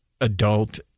adult